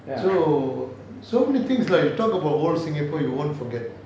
so so many things lah you talk about old singapore you won't forget